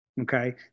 Okay